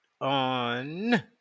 on